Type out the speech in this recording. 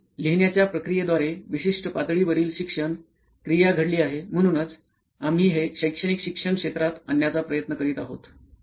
म्हणून लिहिण्याच्या प्रक्रियेद्वारे विशिष्ट पातळीवरील शिक्षण क्रिया घडली आहे म्हणूनच आम्ही हे शैक्षणिक शिक्षण क्षेत्रात आणण्याचा प्रयत्न करीत आहोत